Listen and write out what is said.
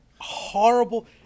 horrible